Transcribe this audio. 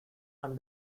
and